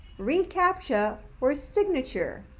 recaptcha or signature,